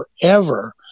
forever